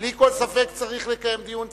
בלי כל ספק צריך לקיים דיון ציבורי.